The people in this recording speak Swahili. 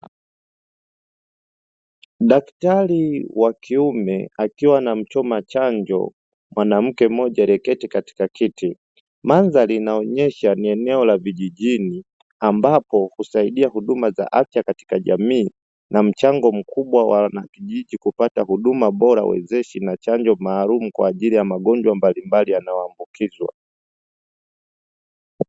Daktari wa kiume akiwa anamchoma chanjo mwanamke mmoja alieketi katika kiti, mandhari inaonyesha ni eneo la vijijini ambapo husaidia huduma za afya katika jamii na mchango mkubwa wa kupata huduma bora wezeshi, na chanjo maalumu kwa ajili ya magonjwa mbalimbali yanayoambukizwa.